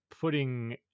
putting